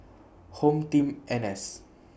HomeTeam N S